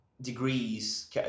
degrees